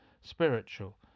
spiritual